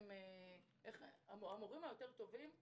המורים הטובים יותר,